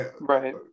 Right